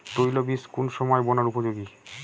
তৈল বীজ কোন সময় বোনার উপযোগী?